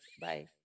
bye